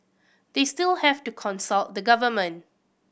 they still have to consult the government